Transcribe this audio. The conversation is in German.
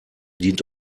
dient